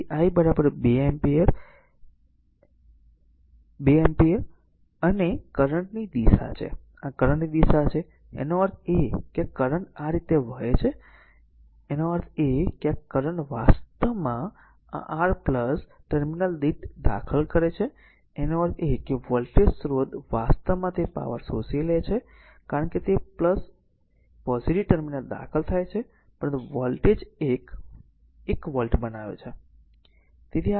તેથી I 2 ampere 2 ampere અવાજ અવાજ અને આ કરંટ ની દિશા છે આ કરંટ ની દિશા છે તેનો અર્થ એ છે કે કરંટ આ રીતે વહે છે તેનો અર્થ છે કે આ કરંટ વાસ્તવમાં આ r ટર્મિનલ દીઠ દાખલ કરે છે તેનો અર્થ એ છે કે વોલ્ટેજ સ્ત્રોત વાસ્તવમાં તે પાવર શોષી લે છે કારણ કે તે એક પોઝીટીવ ટર્મિનલ દાખલ થાય છે પરંતુ વોલ્ટેજ 1 વોલ્ટ છે